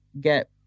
get